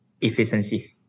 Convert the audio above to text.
efficiency